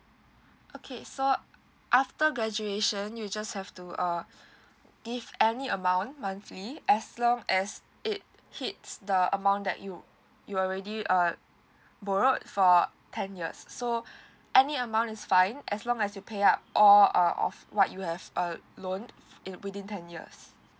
okay so after graduation you just have to uh give any amount monthly as long as it hits the amount that you you already uh borrowed for ten years so any amount is fine as long as you pay up all uh of what you have uh loan uh within ten years